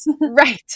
Right